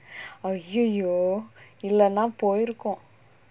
!aiyoyo! இல்லனா போயிருக்கும்:illanaa poyirukkum